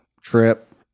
trip